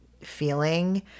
feeling